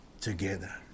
together